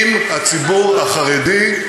עם הציבור החרדי,